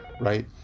right